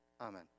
Amen